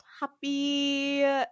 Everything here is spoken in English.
happy